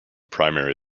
primary